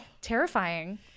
Terrifying